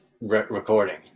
recording